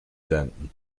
danton